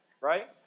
Right